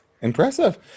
impressive